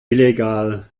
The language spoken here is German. illegal